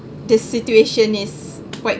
the situation is quite